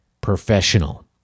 professional